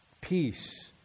peace